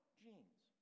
genes